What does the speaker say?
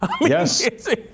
Yes